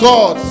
God